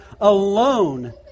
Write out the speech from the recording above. alone